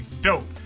Dope